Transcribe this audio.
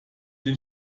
den